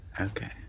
Okay